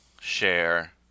share